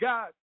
God